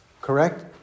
Correct